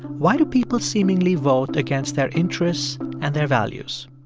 why do people seemingly vote against their interests and their values?